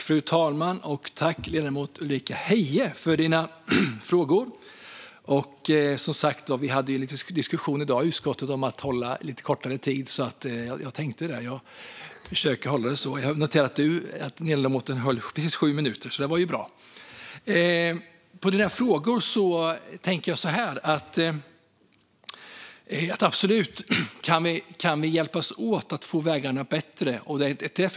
Fru talman! Tack, ledamoten Ulrika Heie, för frågorna! Vi hade en diskussion om tid i utskottet i dag, så jag försökte hålla mig kort. Jag noterade att ledamotens anförande var precis sju minuter långt, och det var ju bra. Jag tänker att vi absolut kan hjälpas åt att förbättra vägarna.